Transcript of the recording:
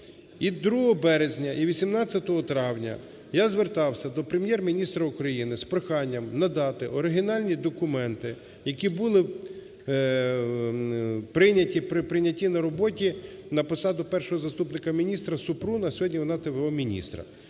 І 2 березня, і 18 травня я звертався до Прем'єр-міністра України з проханням надати оригінальні документи, які були прийняті при прийняті на роботу на посаду першого заступника міністра Супрун, а сьогодні вона – т.в.о. міністра.